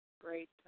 great